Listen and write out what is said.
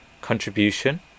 contribution